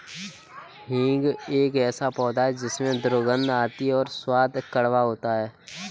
हींग एक ऐसा पौधा है जिसमें दुर्गंध आती है और स्वाद कड़वा होता है